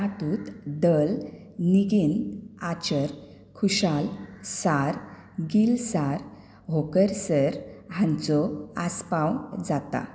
तातूंत दल निगीन आंचर खुशाल सार गील सार होकरसर हांचो आसपाव जाता